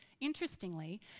Interestingly